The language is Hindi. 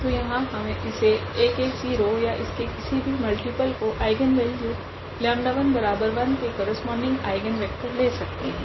तो यहाँ हम इसे या इसके किसी भी मल्टिपल को आइगनवेल्यू 𝜆11 के करस्पोंडिंग आइगनवेक्टर ले सकते है